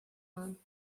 man